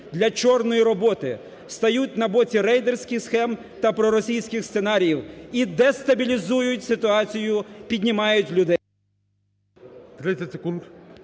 30 секунд.